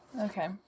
okay